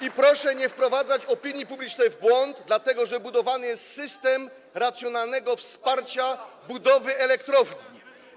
I proszę nie wprowadzać opinii publicznej w błąd, dlatego że budowany jest system racjonalnego wsparcia budowy elektrowni.